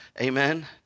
amen